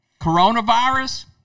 Coronavirus